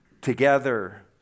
together